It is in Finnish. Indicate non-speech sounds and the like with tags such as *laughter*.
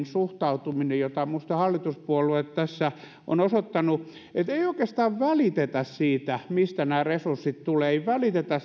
*unintelligible* suhtautuminen jota minusta hallituspuolueet tässä ovat osoittaneet että ei oikeastaan välitetä mistä nämä resurssit tulevat ei välitetä *unintelligible*